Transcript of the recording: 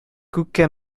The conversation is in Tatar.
күккә